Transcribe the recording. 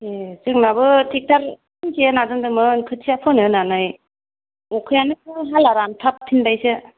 ए जोंनाबो ट्रेकटार फिनसे होना दोनदोंमोन खोथिया फोनो होनानै आखायानो हाला रानथाफ फिनबाय सो